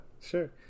sure